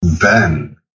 Ben